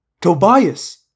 Tobias